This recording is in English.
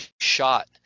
shot